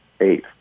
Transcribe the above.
eight